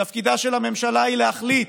תפקידה של הממשלה הוא להחליט,